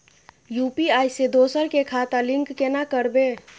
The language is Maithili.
यु.पी.आई से दोसर के खाता लिंक केना करबे?